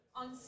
on